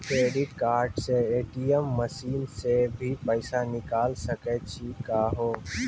Credit card से ATM machine से भी पैसा निकल सकै छि का हो?